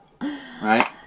Right